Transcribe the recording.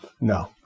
No